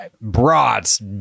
brats